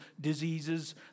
diseases